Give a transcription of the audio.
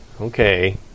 okay